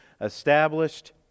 established